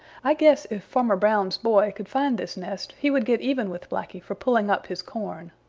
i guess if farmer brown's boy could find this nest he would get even with blacky for pulling up his corn.